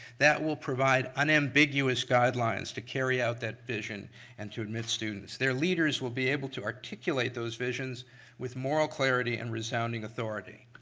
that will provide unambiguous guidelines to carry out that vision and to admit students. their leaders will be able to articulate articulate those visions with moral clarity and resounding authority.